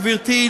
גברתי,